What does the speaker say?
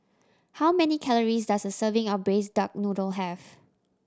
how many calories does a serving of Braised Duck Noodle have